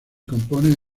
compone